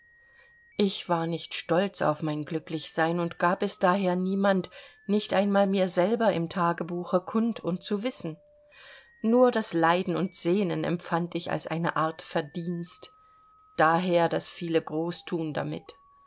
ich war nicht stolz auf mein glücklichsein und gab es daher niemand nicht einmal mir selber im tagebuche kund und zu wissen nur das leiden und sehnen empfand ich als eine art verdienst daher das viele großthun damit